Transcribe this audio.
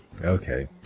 okay